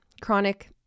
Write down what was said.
Chronic